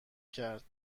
کرد